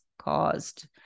caused